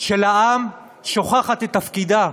של העם שוכחת את תפקידה.